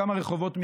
כמה רחובות מכאן,